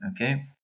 Okay